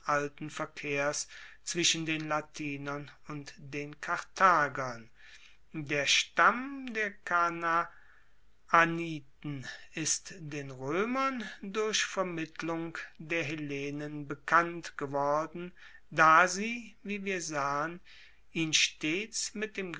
alten verkehrs zwischen den latinern und den karthagern der stamm der kanaaniten ist den roemern durch vermittlung der hellenen bekannt geworden da sie wie wir sahen ihn stets mit dem